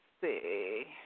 see